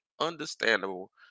Understandable